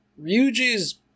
Ryuji's